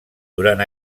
durant